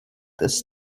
this